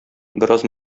бераз